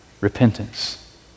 repentance